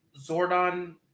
Zordon